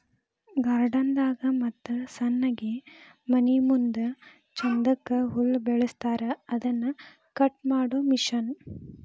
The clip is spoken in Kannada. ಗಾರ್ಡನ್ ದಾಗ ಮತ್ತ ಸಣ್ಣಗೆ ಮನಿಮುಂದ ಚಂದಕ್ಕ ಹುಲ್ಲ ಬೆಳಸಿರತಾರ ಅದನ್ನ ಕಟ್ ಮಾಡು ಮಿಷನ್